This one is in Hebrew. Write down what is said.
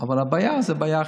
אבל הבעיה היא בעיה אחרת,